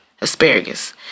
asparagus